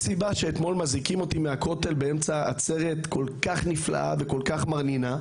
יש סיבה שאתמול הזעיקו אותי מהכותל באמצע עצרת נפלאה ומרנינה,